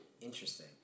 Interesting